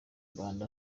mbanda